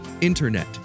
INTERNET